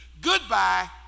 goodbye